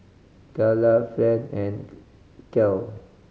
Calla Friend and Kale